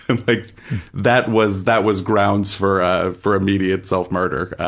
and like that was that was grounds for ah for immediate self-murder,